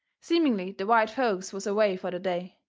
seemingly the white folks was away fur the day,